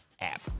app